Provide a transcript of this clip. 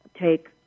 take